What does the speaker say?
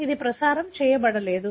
ఇది ప్రసారం చేయబడలేదు